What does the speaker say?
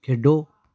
ਖੇਡੋ